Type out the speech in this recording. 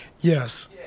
Yes